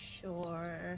sure